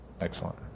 excellent